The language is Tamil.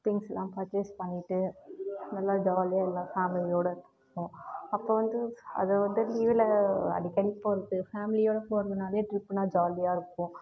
திங்க்ஸெலாம் பர்ச்சேஸ் பண்ணிவிட்டு நல்லா ஜாலியாக எல்லாம் ஃபேமிலியோடு இருப்போம் அப்போ வந்து அது வந்து லீவில் அடிக்கடி போவது ஃபேமிலியோடு போறதுனாலே ட்ரிப்புன்னால் ஜாலியாக இருக்கும்